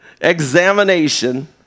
examination